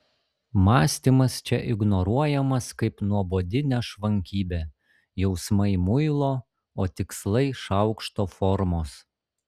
mąstymas čia ignoruojamas kaip nuobodi nešvankybė jausmai muilo o tikslai šaukšto formos